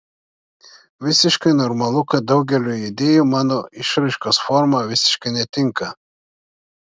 visiškai normalu kad daugeliui idėjų mano išraiškos forma visiškai netinka